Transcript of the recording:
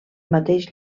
mateix